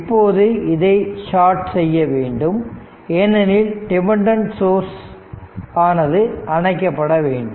இப்போது இதை ஷாட் செய்ய வேண்டும் ஏனெனில் டிபெண்டன்ட் சோர்ஸ் ஆனது அணைக்கப்பட வேண்டும்